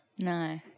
No